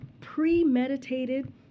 premeditated